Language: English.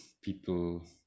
people